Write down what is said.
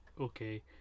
okay